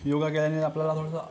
योगा केल्याने आपल्याला थोडंसं